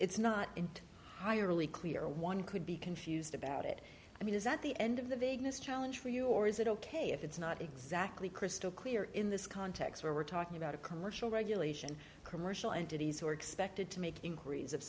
it's not into hire really clear one could be confused about it i mean is that the end of the vagueness challenge for you or is it ok if it's not exactly crystal clear in this context where we're talking about a commercial regulation commercial entities who are expected to make inquiries if